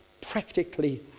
practically